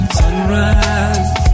sunrise